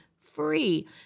free